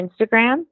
Instagram